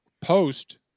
post